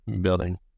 building